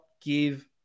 give